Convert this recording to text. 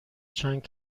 چند